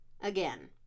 Again